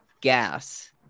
gas